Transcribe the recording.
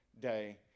day